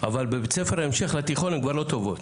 אבל בבית ספר ההמשך לתיכון הן כבר לא טובות.